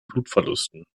blutverlusten